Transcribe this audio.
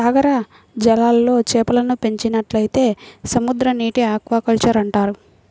సాగర జలాల్లో చేపలను పెంచినట్లయితే సముద్రనీటి ఆక్వాకల్చర్ అంటారు